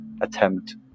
attempt